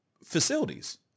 facilities